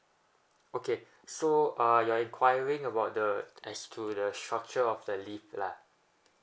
okay so uh you're enquiring about the as to the structure of the leave lah